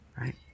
right